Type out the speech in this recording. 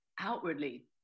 outwardly